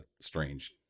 strange